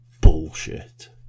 bullshit